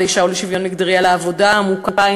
האישה ולשוויון מגדרי על העבודה העמוקה,